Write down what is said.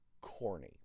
corny